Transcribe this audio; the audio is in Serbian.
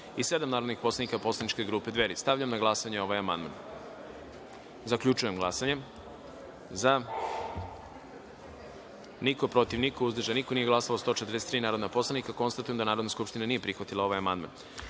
i 12 narodnih poslanika poslaničke grupe DS.Stavljam na glasanje ovaj amandman. Zaključujem glasanje i saopštavam: za – jedan, protiv – niko, uzdržanih – niko, nije glasalo 143 narodni poslanik. Konstatujem da Narodna skupština nije prihvatila ovaj amandman. Na